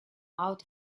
out